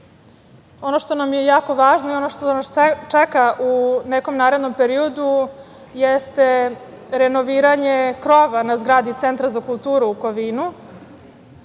što nam je jako važno i ono što nas čeka u nekom narednom periodu jeste renoviranje krova na zgradi Centra za kulturu u Kovinu.